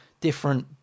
different